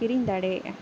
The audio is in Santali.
ᱠᱤᱨᱤᱧ ᱫᱟᱲᱮᱭᱟᱜᱼᱟ